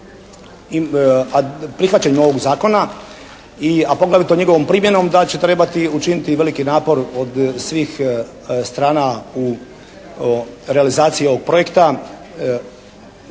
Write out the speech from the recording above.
prihvaćanjem ovog Zakona, a poglavito njegovom primjenom da će trebati učiniti i veliki napor od svih strana u realizaciji ovog projekta,